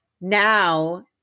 now